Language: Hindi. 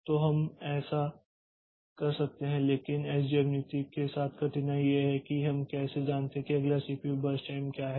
तो हम ऐसा कर सकते हैं लेकिन इस एसजेएफ नीति के साथ कठिनाई यह है कि हम कैसे जानते हैं कि अगला सीपीयू बर्स्ट टाइम क्या है